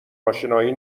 آشنایی